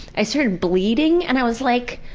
i started bleeding. and i was like,